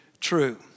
true